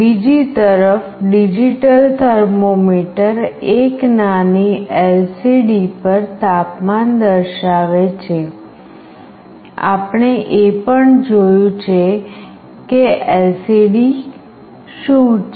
બીજી તરફ digital thermometer એક નાની LCD પર તાપમાન દર્શાવે છે આપણે એ પણ જોયું છે કે LCD શું છે